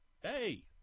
hey